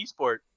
eSport